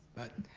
but